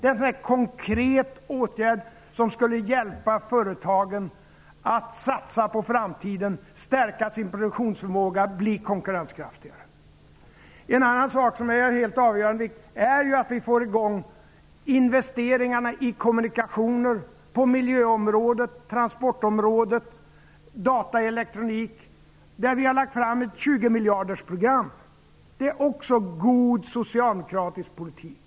Det är en konkret åtgärd som skulle hjälpa företagen att satsa på framtiden, stärka sin produktionsförmåga och bli konkurrenskraftigare. Något annat som är helt avgörande är att vi får i gång investeringarna i kommunikationer, på miljöområdet, på transportområdet och i data och elektronik. För detta har vi lagt fram ett 20-miljardersprogram. Också det är god socialdemokratisk politik.